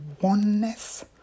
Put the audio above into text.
oneness